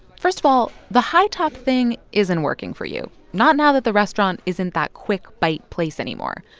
first of all, the high-top thing isn't working for you not now that the restaurant isn't that quick-bite place anymore.